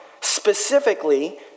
specifically